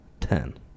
Ten